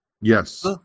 Yes